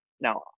Now